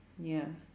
ya